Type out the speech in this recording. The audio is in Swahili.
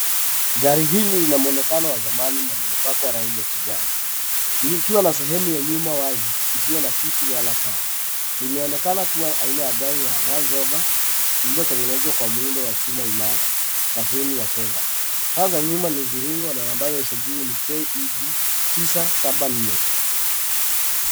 Gari hili linamuonekano wa zamani na limepakwa rangi ya kijani likiwa na sehemu ya nyuma wazi isiyo na kiti wala paa limeonekana kuwa aina ya gari la Landrover lililo tengenezwa kwa muundo wa chuma imara na fremu ya fedha, Taa za nyuma ni mviringo na nambari ya usajili ni KEB 874.